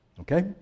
Okay